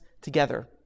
together